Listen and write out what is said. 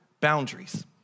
boundaries